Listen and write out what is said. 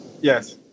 Yes